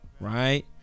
right